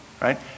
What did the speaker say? right